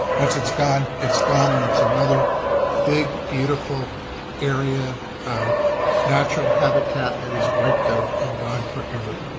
once it's gone, it's gone, and it's another big, beautiful area of natural habitat that is wiped out and gone forever.